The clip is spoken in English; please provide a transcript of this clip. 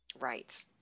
Right